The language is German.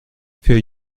für